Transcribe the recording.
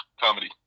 comedy